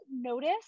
notice